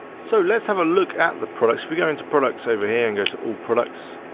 so let's have a look at the products, we go into products over here and go to all products.